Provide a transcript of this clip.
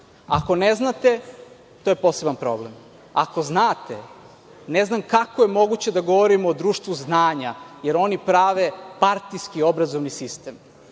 Ako ne znate, to je poseban problem. Ako znate, ne znam kako je moguće da govorimo o društvu znanja, jer oni prave partijski obrazovni sistem